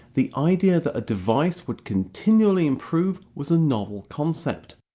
the idea that a device would continually improve was a novel concept.